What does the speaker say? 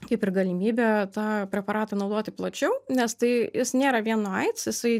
kaip ir galimybė tą preparatą naudoti plačiau nes tai jis nėra vien nuo aids jisai